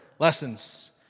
Lessons